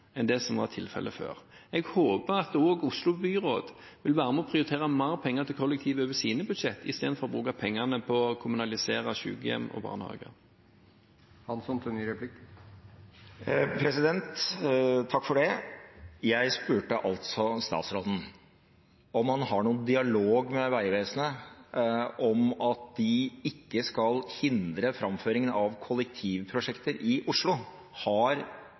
enn det som var tilfellet før. Jeg håper at også byrådet i Oslo vil være med og prioritere mer penger til kollektiv over sine budsjetter, istedenfor å bruke pengene på å kommunalisere sykehjem og barnehager. Takk for det. Jeg spurte altså statsråden om han har noen dialog med Vegvesenet om at de ikke skal hindre framføringen av kollektivprosjekter i Oslo. Har